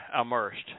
immersed